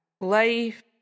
life